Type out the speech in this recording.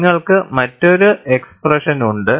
നിങ്ങൾക്ക് മറ്റൊരു എക്സ്പ്രെഷൻ ഉണ്ട്